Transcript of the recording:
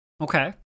Okay